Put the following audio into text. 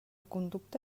conducta